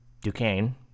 Duquesne